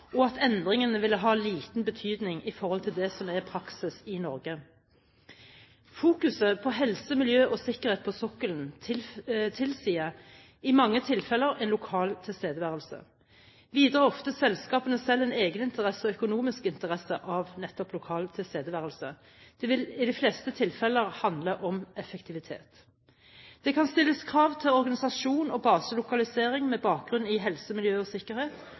og at endringene ville ha liten betydning for det som er praksis i Norge. Fokuset på helse, miljø og sikkerhet på sokkelen tilsier i mange tilfeller en lokal tilstedeværelse. Videre har ofte selskapene selv en egeninteresse og økonomisk interesse av nettopp lokal tilstedeværelse; det vil i de fleste tilfeller handle om effektivitet. Det kan stilles krav til organisasjon og baselokalisering med bakgrunn i helse, miljø og sikkerhet,